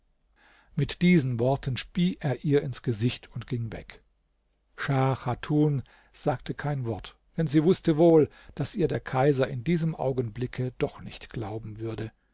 mit diesen worten spie er ihr ins gesicht und ging weg schah chatun sagte kein wort denn sie wußte wohl daß ihr der kaiser in diesem augenblicke doch nicht glauben würde